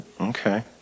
Okay